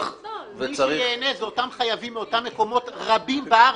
מי שנהנה זה אותם חייבים מאותם מקומות רבים בארץ.